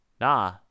nah